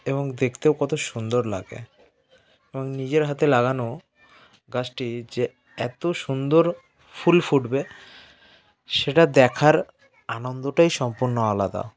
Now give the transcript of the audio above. এবং দেখতেও কতো সুন্দর লাগে এবং নিজের হাতে লাগানো গাছটি যে এতো সুন্দর ফুল ফুটবে সেটা দেখার আনন্দটাই সম্পূর্ণ আলাদা